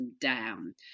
down